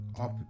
up